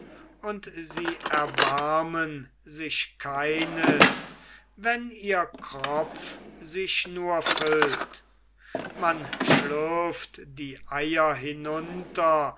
und sie erbarmen sich keines wenn ihr kropf sich nur füllt man schlürft die eier hinunter